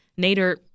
Nader